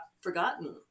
forgotten